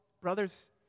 brothers